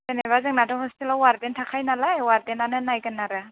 जेनेब्ला जोंनाथ' हस्टेलाव अवार्डेन थाखायो नालाय अवार्डेनानो नायगोन आरो